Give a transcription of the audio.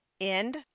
End